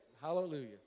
Hallelujah